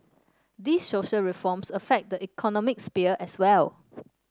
these social reforms affect the economic sphere as well